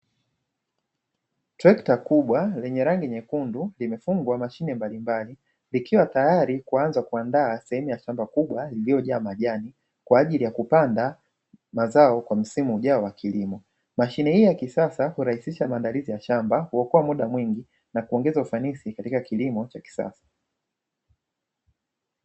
Trekta kubwa lenye rangi nyekundu limefungwa mashine mbalimbali, ikiwa tayari kuanza kuandaa sehemu ya shamba kubwa lililojaa majani, kwa ajili ya kupanda mazao kwa msimu ujao wa kilimo. Mashine hii ya kisasa hurahisisha maandalizi ya mashamba, huokoa muda mwingi na kuongeza ufanisi katika kilimo cha kisasa.